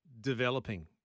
developing